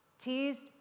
teased